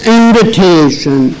invitation